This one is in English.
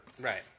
Right